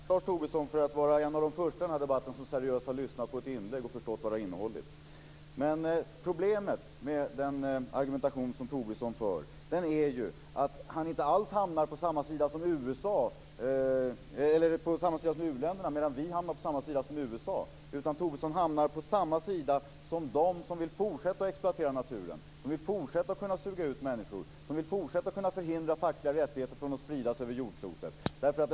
Fru talman! Jag vill tacka Lars Tobisson för att vara en av de första i den här debatten som seriöst har lyssnat på ett inlägg och förstått vad det innehåller. Problemet med den argumentation som Tobisson för är att han inte alls hamnar på samma sida som uländerna, medan vi hamnar på samma sida som USA. Tobisson hamnar på samma sida som de som vill fortsätta att exploatera naturen, som fortsatt vill kunna suga ut människor och som fortsatt vill kunna förhindra fackliga rättigheter från att spridas över jordklotet.